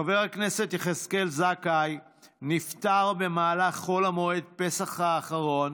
חבר הכנסת יחזקאל זכאי נפטר במהלך חול המועד פסח האחרון,